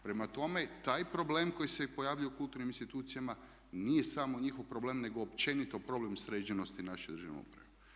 Prema tome, taj problem koji se pojavljuje u kulturnim institucijama nije samo njihov problem nego općenito problem sređenosti naše državne uprave.